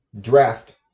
draft